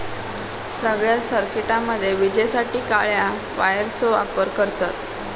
सगळ्या सर्किटामध्ये विजेसाठी काळ्या वायरचो वापर करतत